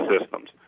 systems